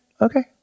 okay